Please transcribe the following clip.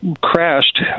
crashed